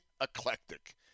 eclectic